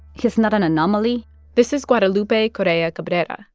he's not an anomaly this is guadalupe correa-cabrera.